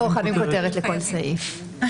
חייבים כותרת לכל סעיף.